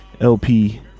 LP